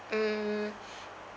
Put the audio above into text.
mm